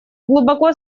глубоко